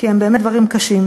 כי הם באמת דברים קשים.